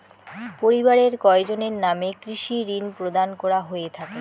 পরিবারের কয়জনের নামে কৃষি ঋণ প্রদান করা হয়ে থাকে?